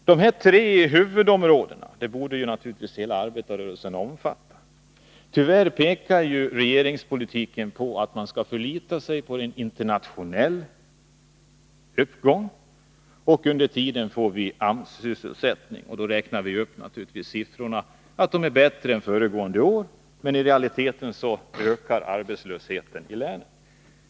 Dessa tre huvudområden borde naturligtvis omfattas av hela arbetarrörelsen. Tyvärr pekar hela regeringspolitiken på att man skall förlita sig på en internationell uppgång, och under tiden får vi AMS-sysselsättning. Då räknar man naturligtvis upp siffrorna, så att de är bättre än föregående år. Men i realiteten ökar arbetslösheten i länet.